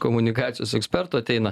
komunikacijos ekspertų ateina